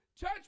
Church